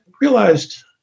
realized